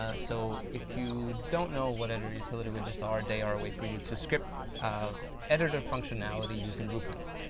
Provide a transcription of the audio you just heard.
ah so, if you don't know what editor utility widgets are, they are a way for you to script um editor functionality using blueprints,